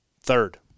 Third